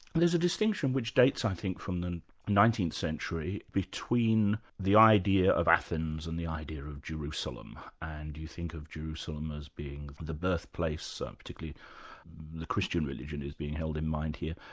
there's a distinction that dates i think from the nineteenth century between the idea of athens and the idea of jerusalem and you think of jerusalem as being the birthplace, ah particularly the christian religion is being held in mind here,